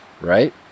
right